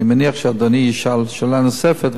אני מניח שאדוני ישאל שאלה נוספת,